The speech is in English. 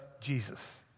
Jesus